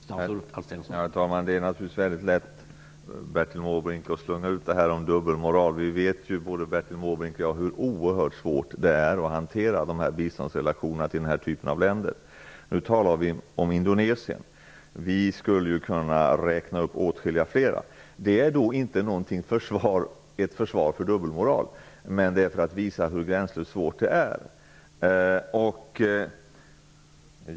Herr talman! Det är naturligtvis väldigt lätt, Bertil Måbrink, att slunga ut detta om dubbelmoral. Både Bertil Måbrink och jag vet hur oerhört svårt det är att hantera biståndsrelationer till den här typen av länder. Nu talar vi om Indonesien. Vi skulle kunna räkna upp åtskilligt fler. Det är inte ett försvar för dubbelmoral, men det visar hur gränslöst svårt det är.